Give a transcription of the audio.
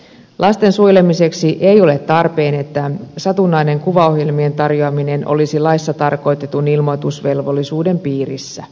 lasten suojelemiseksi ei ole tarpeen että satunnainen kuvaohjelmien tarjoaminen olisi laissa tarkoitetun ilmoitusvelvollisuuden piirissä